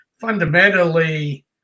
fundamentally